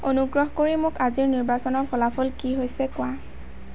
অনুগ্ৰহ কৰি মোক আজিৰ নিৰ্বাচনৰ ফলাফল কি হৈছে কোৱা